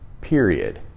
Period